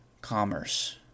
commerce